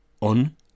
On